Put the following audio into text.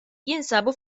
jinsabu